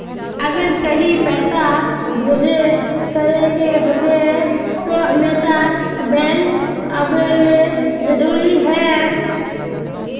अगर कहीं पैसा भेजे करे के होते है तो हमेशा बैंक आबेले जरूरी है?